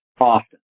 often